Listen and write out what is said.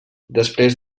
després